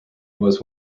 was